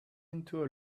into